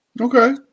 Okay